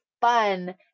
fun